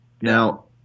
Now